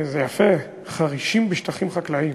זה יפה, חרישים בשטחים חקלאיים.